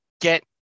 get